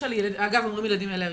ואגב, אומרים ילדים אלרגיים.